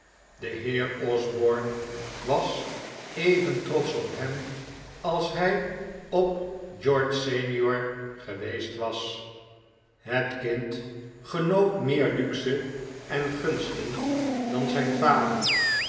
de heer osborne was even trotsch op hem als hij op george sr geweest was het kind genoot meer luxe en gunsten dan zijn vader